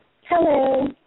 Hello